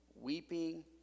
weeping